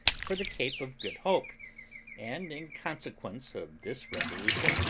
for the cape of good hope and, in consequence of this resolution,